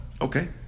Okay